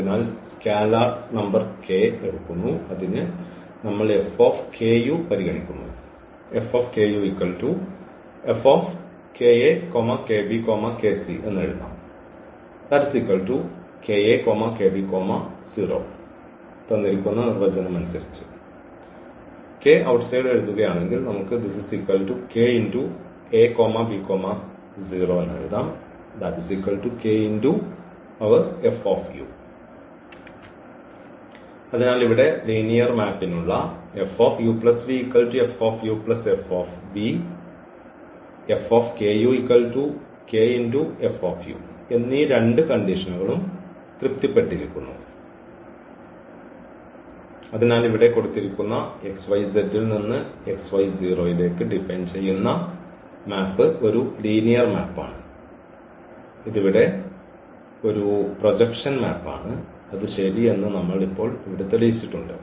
അതിനാൽ ഈ scalar number ക്ക് നമ്മൾ പരിഗണിക്കുന്നു അതിനാൽ ഇവിടെ ലീനിയർ മാപ്പിനുള്ള എന്നീ രണ്ട് കണ്ടീഷനുകളും തൃപ്തിപ്പെട്ടിരിക്കുന്നു അതിനാൽ ഇവിടെ കൊടുത്തിരിക്കുന്ന ൽ നിന്ന് ലേക്ക് ഡിഫൈൻ ചെയ്യുന്ന മാപ്പ് ഒരു ലീനിയർ മാപ്പാണ് ഇത് ഇവിടെ ഒരു പ്രൊജക്ഷൻ മാപ്പാണ് അത് ശരി എന്ന് നമ്മൾ ഇപ്പോൾ ഇവിടെ തെളിയിച്ചിട്ടുണ്ട്